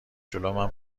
جلومن